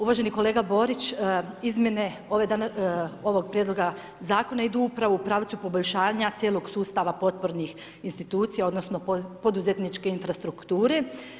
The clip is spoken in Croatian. Uvaženi kolega Borić, izmjene ovog Prijedloga zakona idu upravo u pravcu poboljšanja cijelog sustava potpornih institucija odnosno, poduzetničke infrastrukture.